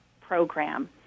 program